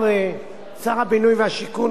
שר הבינוי והשיכון,